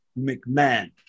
McMahon